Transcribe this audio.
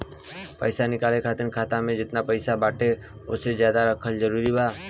पईसा निकाले खातिर खाता मे जेतना पईसा बाटे ओसे ज्यादा रखल जरूरी बा?